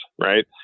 right